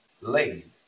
laid